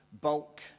bulk